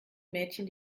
mädchen